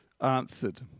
answered